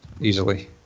easily